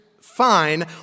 fine